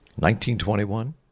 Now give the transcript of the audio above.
1921